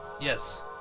Yes